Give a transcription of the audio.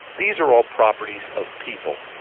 these are all properties of people,